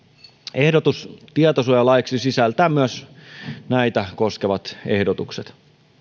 ehdotus tietosuojalaiksi sisältää myös näitä koskevat ehdotukset